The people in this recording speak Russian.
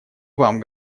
вам